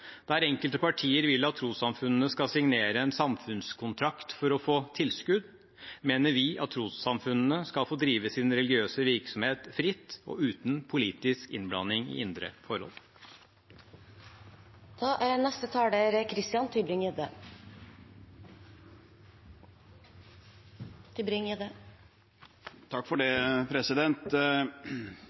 Der enkelte partier vil at trossamfunnene skal signere en samfunnskontrakt for å få tilskudd, mener vi at trossamfunnene skal få drive sin religiøse virksomhet fritt og uten politisk innblanding i indre